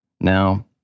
Now